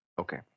Okay